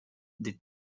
des